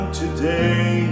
today